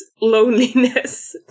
loneliness